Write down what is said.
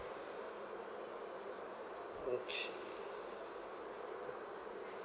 okay